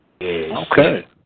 Okay